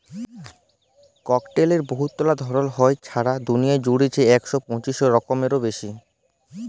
কটলের বহুতলা ধরল হ্যয়, ছারা দুলিয়া জুইড়ে ইক শ পঁয়তিরিশ রকমেরও বেশি